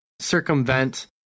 circumvent